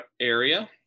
area